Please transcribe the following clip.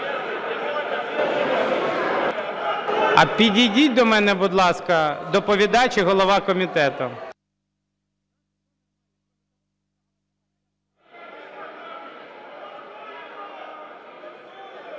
А підійдіть до мене, будь ласка, доповідач і голова комітету.